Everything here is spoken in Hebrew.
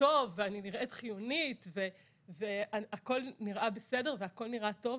טוב ואני נראית חיונית והכול נראה בסדר והכול נראה טוב,